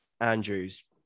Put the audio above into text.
Andrew's